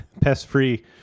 pest-free